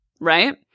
right